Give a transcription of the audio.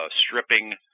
stripping –